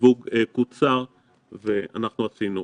שהסיווג קוצר ואנחנו עשינו.